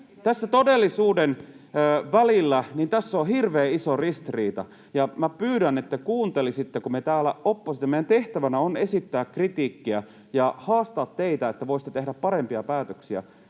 ja todellisuuden välillä on hirveän iso ristiriita, ja minä pyydän, että te kuuntelisitte. Täällä oppositiossa meidän tehtävänämme on esittää kritiikkiä ja haastaa teitä, että voisitte tehdä parempia päätöksiä.